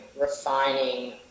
refining